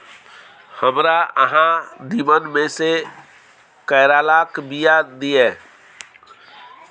हमरा अहाँ नीमन में से करैलाक बीया दिय?